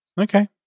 okay